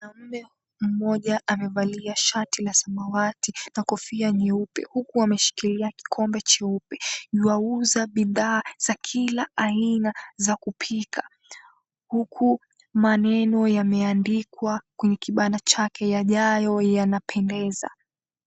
Mwanaume mmoja amevalia shati la samawati na kofia nyeupe, huku ameshikilia kikombe cheupe. Yuauza bidhaa za kila aina za kupika. Huku maneno yameandikwa kwenye kibanda chake, YAJAYO YANAPENDEZA.